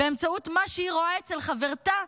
באמצעות מה שהיא רואה אצל חברתה,